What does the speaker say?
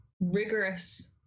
rigorous